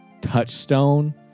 touchstone